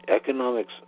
economics